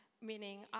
Meaning